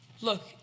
Look